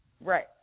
Right